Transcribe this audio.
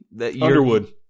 Underwood